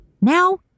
Now